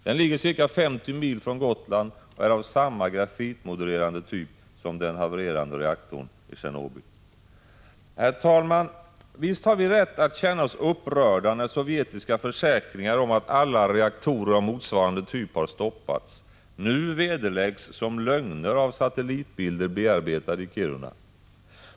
Den ligger ca 50 mil från Gotland och är av samma grafitmodererade typ som den havererade reaktorn i Tjernobyl. Herr talman! Visst har vi rätt att känna oss upprörda, när sovjetiska försäkringar om att alla reaktorer av motsvarande typ har stoppats nu vederläggs som lögner av satellitbilder bearbetade i Kiruna.